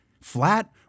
Flat